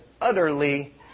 utterly